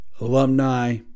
alumni